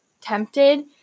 tempted